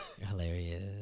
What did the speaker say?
hilarious